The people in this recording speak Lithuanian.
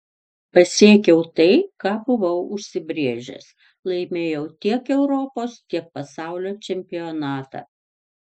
pasiekiau tai ką buvau užsibrėžęs laimėjau tiek europos tiek pasaulio čempionatą